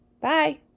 Bye